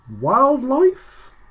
wildlife